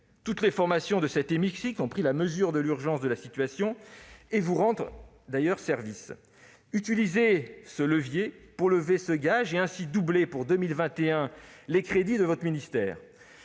Toutes les formations de cet hémicycle ont pris la mesure de l'urgence de la situation et vous rendent service. Utilisez ce levier pour lever le gage et, ainsi, doubler les crédits de votre ministère